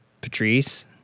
Patrice